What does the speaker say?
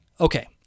Okay